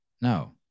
No